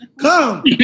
Come